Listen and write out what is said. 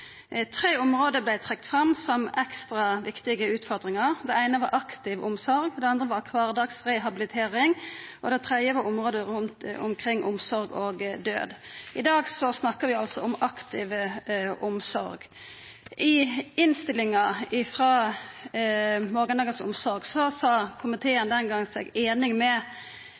Tre område vart trekte fram som ekstra viktige utfordringar: Det eine var aktiv omsorg, det andre var kvardagsrehabilitering, og det tredje var området omkring omsorg og død. I dag snakkar vi om aktiv omsorg. I innstillinga til Morgendagens omsorg sa komiteen den gongen seg einig med